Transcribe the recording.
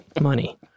Money